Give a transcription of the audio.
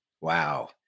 Wow